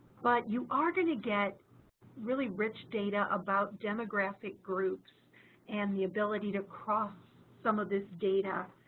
but you are going to get really rich data about demographic groups and the ability to cross some of this data,